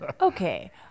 Okay